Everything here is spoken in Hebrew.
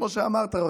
כמו שאמרת,